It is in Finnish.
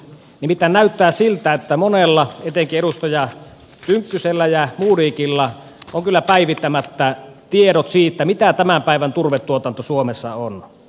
nimittäin näyttää siltä että monella etenkin edustaja tynkkysellä ja modigilla on kyllä päivittämättä tiedot siitä mitä tämän päivän turvetuotanto suomessa on